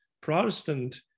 Protestant